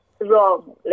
wrong